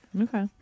okay